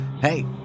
Hey